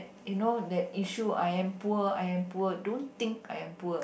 you know that issue I am poor I am poor don't think I am poor